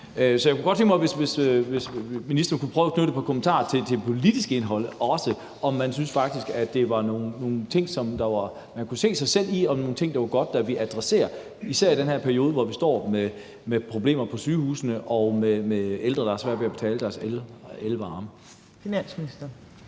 Så jeg kunne godt tænke mig, at ministeren ville prøve at knytte et par kommentarer til det politiske indhold også, i forhold til om man faktisk synes, at det var nogle ting, man kunne se sig selv i, og nogle ting, det ville være godt at adressere især i den her periode, hvor vi står med problemer på sygehusene og med ældre, der har svært ved at betale deres el og varme.